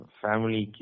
family